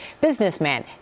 businessman